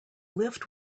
lift